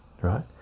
right